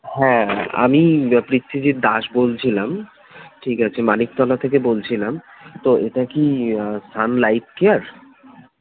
হ্যাঁ আমি পৃথ্বিজীৎ দাস বলছিলাম ঠিক আছে মানিকতলা থেকে বলছিলাম তো এটা কি সান লাইফ কেয়ার